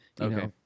Okay